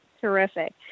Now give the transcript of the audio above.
Terrific